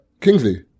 Kingsley